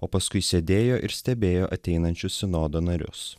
o paskui sėdėjo ir stebėjo ateinančius sinodo narius